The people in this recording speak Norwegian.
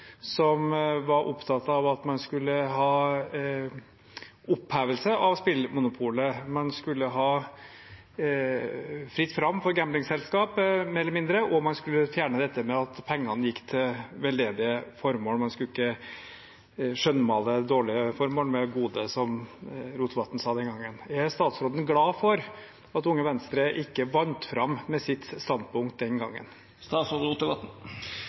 som var opptatt av at man skulle oppheve spillmonopolet. Det skulle være fritt fram for gamblingselskap, mer eller mindre, og man skulle fjerne dette med at pengene gikk til veldedige formål. Man skulle ikke skjønnmale dårlige formål med gode, som Rotevatn sa den gangen. Er statsråden glad for at Unge Venstre ikke vant fram med sitt standpunkt den gangen?